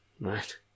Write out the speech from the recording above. Right